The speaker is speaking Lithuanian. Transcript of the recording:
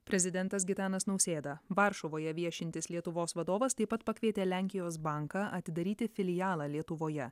prezidentas gitanas nausėda varšuvoje viešintis lietuvos vadovas taip pat pakvietė lenkijos banką atidaryti filialą lietuvoje